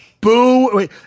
boo